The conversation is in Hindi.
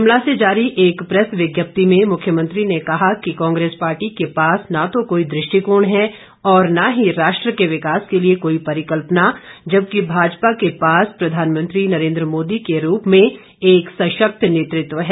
शिमला से जारी एक प्रैस विज्ञप्ति में मुख्यमंत्री ने कहा कि कांग्रेस पार्टी के पास न तो कोई दृष्टिकोण है और न ही राष्ट्र के विकास के लिए कोई परिकल्पना जबकि भाजपा के पास प्रधानमंत्री नरेन्द्र मोदी के रूप में एक सशक्त नेतृत्व है